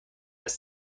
das